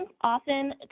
often